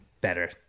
Better